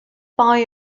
buy